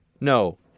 no